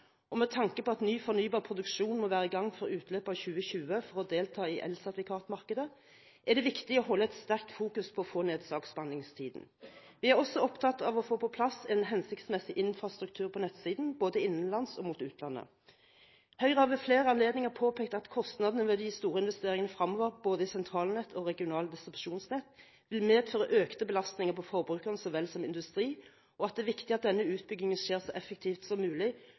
og med tanke på at ny fornybar produksjon må være i gang før utløpet av 2020 for å delta i elsertifikatmarkedet, er det viktig å holde et sterkt fokus på å få ned saksbehandlingstiden. Vi er også opptatt av å få på plass en hensiktsmessig infrastruktur på nettsiden, både innenlands og mot utlandet. Høyre har ved flere anledninger påpekt at kostnadene ved de store investeringene fremover, både i sentralnettet og i regional- og distribusjonsnettet, vil medføre økte belastninger på forbrukere så vel som på industri, og at det er viktig at denne utbyggingen skjer så effektivt som mulig